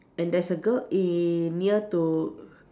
and there's a girl in near to